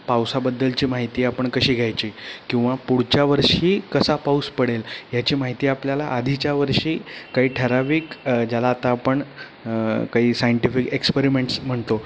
पावसाबद्दलची माहिती आपण कशी घ्यायची किंवा पुढच्या वर्षी कसा पाऊस पडेल याची माहिती आपल्याला आधीच्या वर्षी काही ठराविक ज्याला आता आपण काही सायंटिफिक एक्सपेरीमेंट्स म्हणतो